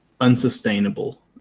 Unsustainable